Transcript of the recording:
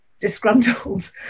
disgruntled